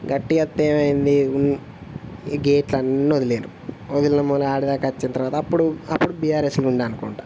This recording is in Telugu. గట్టిగా వస్తే ఏమయ్యింది ఉం ఈ గేట్లన్నీ వదిలారు వదిలిన మళ్ళీ అక్కడి దాకా వచ్చాకా అప్పుడు అప్పుడు బీఆర్ఎస్లో ఉండనుకుంటాను